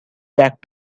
back